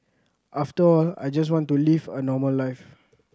after all I just want to live a normal life